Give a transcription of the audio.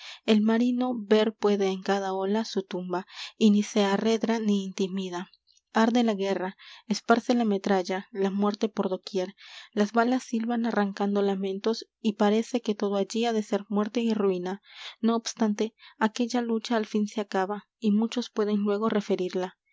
el marino ver puede en cada ola su tumba y n i se arredra ni intimida arde la guerra esparce la metralla la muerte por doquier las balas silban arrancando lamentos y parece que todo allí ha de ser muerte y ruina no obstante aquella lucha al fin se acaba y muchos pueden luego referirla